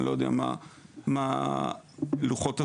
ואני לא יודע מה לוחות-הזמנים אצלם.